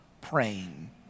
Praying